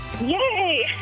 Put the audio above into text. Yay